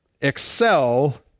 excel